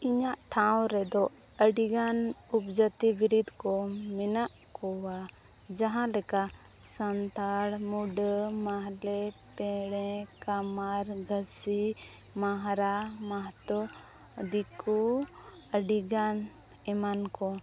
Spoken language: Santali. ᱤᱧᱟᱹᱜ ᱴᱷᱟᱶ ᱨᱮᱫᱚ ᱟᱹᱰᱤᱜᱟᱱ ᱩᱯᱚᱡᱟᱛᱤ ᱵᱤᱨᱤᱫ ᱠᱚ ᱢᱮᱱᱟᱜ ᱠᱚᱣᱟ ᱡᱟᱦᱟᱸᱞᱮᱠᱟ ᱥᱟᱱᱛᱟᱲ ᱢᱩᱸᱰᱟᱹ ᱢᱟᱦᱞᱮ ᱯᱮᱬᱮ ᱠᱟᱢᱟᱨ ᱜᱷᱟᱥᱤ ᱢᱟᱦᱟᱨᱟ ᱢᱟᱦᱟᱛᱚ ᱫᱤᱠᱩ ᱟᱹᱰᱤᱜᱟᱱ ᱮᱢᱟᱱ ᱠᱚ